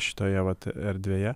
šitoje vat erdvėje